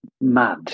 mad